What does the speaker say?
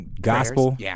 gospel